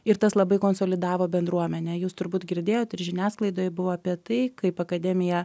ir tas labai konsolidavo bendruomenę jūs turbūt girdėjot ir žiniasklaidoj buvo apie tai kaip akademija